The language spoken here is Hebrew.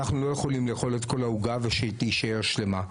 אנחנו לא יכולים לאכול את כל העוגה ושהיא תישאר שלמה.